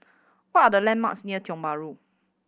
what are the landmarks near Tiong Bahru